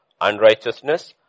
unrighteousness